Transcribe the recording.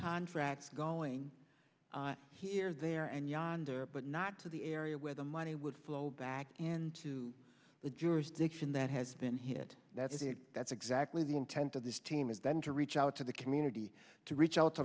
contracts going here there and yonder but not to the area where the money would flow back into the jurisdiction that has been hit that is it that's exactly the intent of this team is then to reach out to the community to reach out